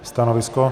Stanovisko?